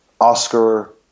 Oscar